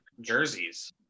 jerseys